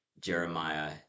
Jeremiah